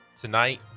Tonight